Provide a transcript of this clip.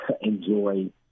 enjoy